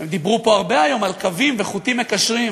דיברו פה הרבה היום על קווים וחוטים מקשרים,